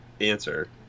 answer